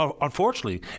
unfortunately